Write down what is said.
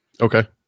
Okay